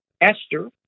Esther